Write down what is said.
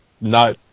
no